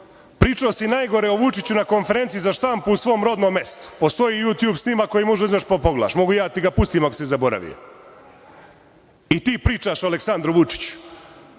pričao si najgore o Vučiću na konferenciji za štampu u svom rodnom mestu, postoji Jutjub snimak koji možeš da pogledaš, a mogu ja da ti ga pustim, ako si zaboravio. I ti pričaš o Aleksandru Vučiću.